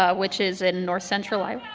ah which is in north central iowa